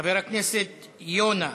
חבר הכנסת יונה,